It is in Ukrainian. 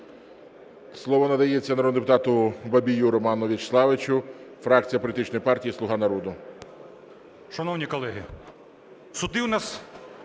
Слово надається народному депутату Бабію Роману Вячеславовичу, фракція політичної партії "Слуга народу".